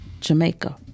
Jamaica